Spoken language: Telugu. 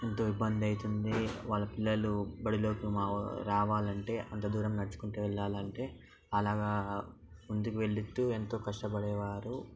ఏంతో ఇబ్బంది అవుతుంది వాళ్ళ పిల్లలు బడిలోకి మావా రావాలంటే అంత దూరం నడుచుకుంటూ వెళ్ళాలంటే అలాగ ముందుకు వెళుతూ ఏంతో కష్టపడేవారు